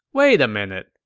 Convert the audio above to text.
wait a minute.